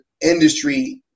industry –